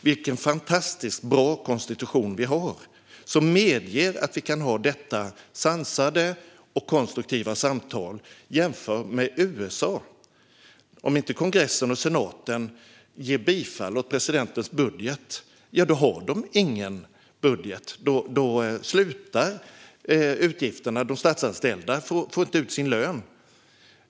Vilken fantastiskt bra konstitution vi har, som medger att vi har detta sansade och konstruktiva samtal. Jämför med USA: Om inte kongressen och senaten ger bifall åt presidentens budget har de ingen budget. Då upphör utgifterna, och de statsanställda får inte ut sin lön.